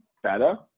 Better